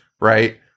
right